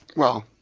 well,